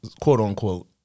quote-unquote